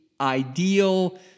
ideal